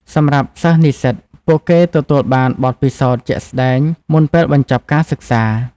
សម្រាប់សិស្ស-និស្សិត ពួកគេទទួលបានបទពិសោធន៍ជាក់ស្តែងមុនពេលបញ្ចប់ការសិក្សា។